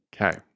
Okay